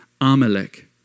Amalek